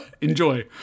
Enjoy